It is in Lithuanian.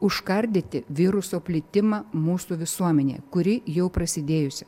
užkardyti viruso plitimą mūsų visuomenėje kuri jau prasidėjusi